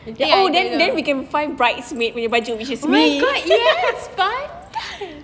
oh then then we can find bridesmaid punya baju which is me